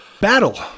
battle